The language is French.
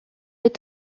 est